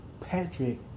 Patrick